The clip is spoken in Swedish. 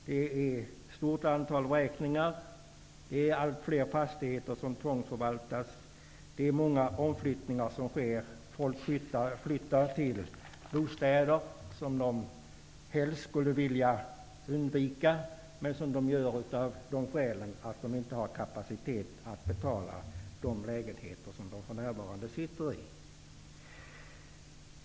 Det förekommer ett stort antal vräkningar. Allt fler fastigheter tvångsförvaltas. Många omflyttningar sker -- folk flyttar till bostäder som de helst skulle vilja undvika. De gör det av det skälet att de inte har kapacitet att betala de lägenheter som de för närvarande sitter i.